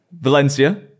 Valencia